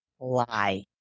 lie